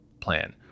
plan